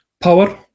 power